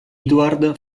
edward